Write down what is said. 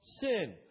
Sin